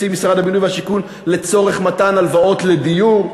משרד הבינוי והשיכון לצורך מתן הלוואות לדיור?